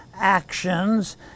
actions